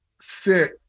sit